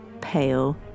pale